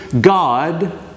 God